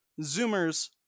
Zoomers